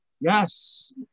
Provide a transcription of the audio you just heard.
Yes